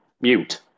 Mute